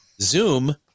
Zoom